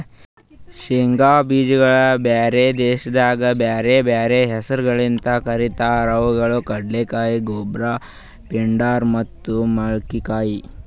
ಶೇಂಗಾ ಬೀಜಗೊಳ್ ಬ್ಯಾರೆ ದೇಶದಾಗ್ ಬ್ಯಾರೆ ಬ್ಯಾರೆ ಹೆಸರ್ಲಿಂತ್ ಕರಿತಾರ್ ಅವು ಕಡಲೆಕಾಯಿ, ಗೊಬ್ರ, ಪಿಂಡಾರ್ ಮತ್ತ ಮಂಕಿಕಾಯಿ